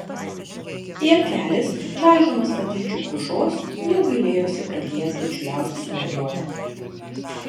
jankelis čaižomas patyčių krušos jau gailėjosi pradėjęs bičiuliautis su mergiote